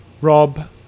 Rob